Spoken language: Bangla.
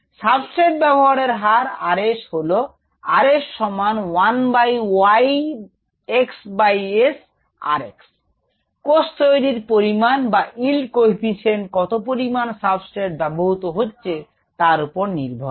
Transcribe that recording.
সাবস্ট্রেট ব্যবহারের হার 𝑟𝑆 হল কোষের তৈরীর পরিমাণ বা yield coefficient কত পরিমান সাবস্ট্রেট ব্যবহূত হচ্ছে তার ওপর নির্ভর করে